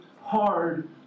hard